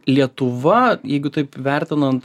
lietuva jeigu taip vertinant